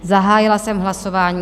Zahájila jsem hlasování.